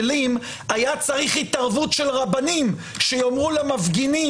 היה צורך בהתערבות רבנים שיאמרו למפגינים